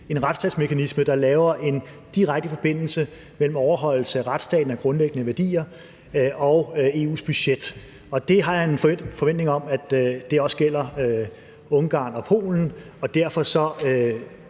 en retsstatsmekanisme, der laver en direkte forbindelse mellem overholdelse af retsstatens grundlæggende værdier og EU's budget. Og det har jeg en forventning om også gælder Ungarn og Polen, og derfor håber